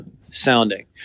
sounding